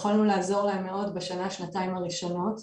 יכולנו לעזור להם מאוד בשנה, שנתיים הראשונות.